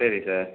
சரி சார்